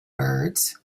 birds